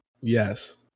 Yes